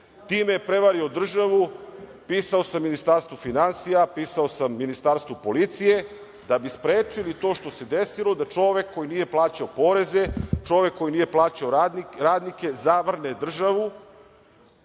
ljudi, prevario državu. Pisao sam Ministarstvu finansija, pisao sam Ministarstvu policije, da bi sprečili to što se desilo, da čovek koji nije plaćao poreze, čovek koji nije plaćao radnike, zavrne državu,